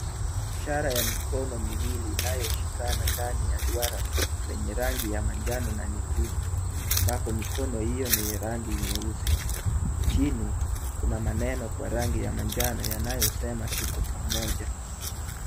Ishara ya mikono miwili inayoshikana ndani ya duara lenye rangi ya manjano na nyekundu ambapo mikono hiyo ni rangi nyeusi. Chini kuna maneno kwa rangi ya manjano yanayosema tuko pamoja.